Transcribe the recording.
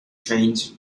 trains